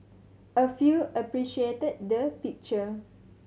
a few appreciated the picture